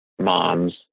moms